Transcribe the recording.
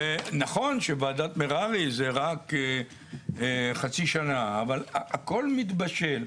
נכון שוועדת מררי זה רק חצי שנה, אבל הכול מתבשל.